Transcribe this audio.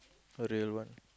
a real one